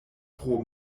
pro